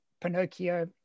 Pinocchio